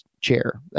chair